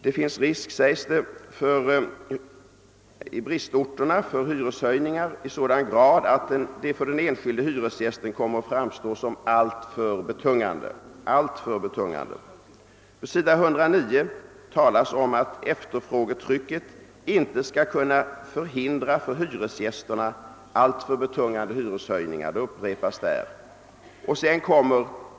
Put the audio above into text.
Det finns risk, sägs det där, för hyreshöjningar på bristorterna »i sådan grad att de för den enskilde hyresgästen kommer att framstå som alltför betungande». På sidan 109 talas om att efterfrågetrycket inte kommer att »kunna förhindra för hyresgästerna alltför betungande hyreshöjningar»; påståendet upprepas alltså där.